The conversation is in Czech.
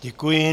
Děkuji.